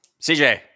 CJ